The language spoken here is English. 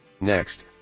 next